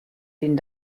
den